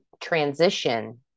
transition